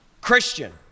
Christian